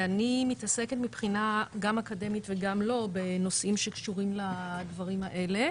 ואני מתעסקת מבחינה גם אקדמית וגם לא לנושאים שקשורים לדברים האלה.